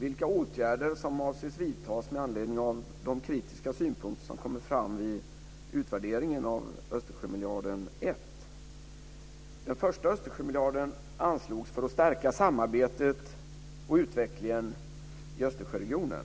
vilka åtgärder som avses vidtas med anledning av de kritiska synpunkter som kommit fram vid utvärderingen av Östersjömiljarden 1. Den första Östersjömiljarden anslogs för att stärka samarbetet och utvecklingen i Östersjöregionen.